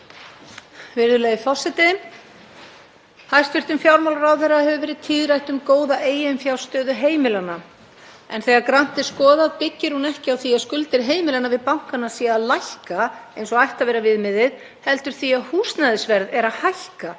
Virðulegi forseti. Hæstv. fjármálaráðherra hefur verið tíðrætt um góða eiginfjárstöðu heimilanna en þegar grannt er skoðað byggir hún ekki á því að skuldir heimilanna við bankana séu að lækka eins og ætti að vera viðmiðið heldur því að húsnæðisverð er að hækka